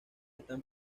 están